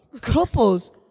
couples